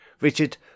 Richard